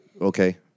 okay